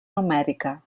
numèrica